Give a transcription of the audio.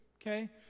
okay